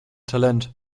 talent